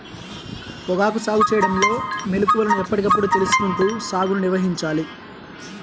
పొగాకు సాగు చేయడంలో మెళుకువలను ఎప్పటికప్పుడు తెలుసుకుంటూ సాగుని నిర్వహించాలి